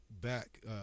back